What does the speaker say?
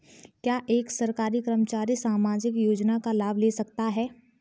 क्या एक सरकारी कर्मचारी सामाजिक योजना का लाभ ले सकता है?